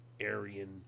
Aryan